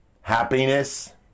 happiness